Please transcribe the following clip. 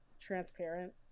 transparent